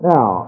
Now